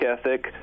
ethic